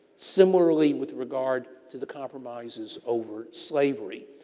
similarly with regard to the compromises over slavery.